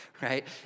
right